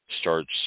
starts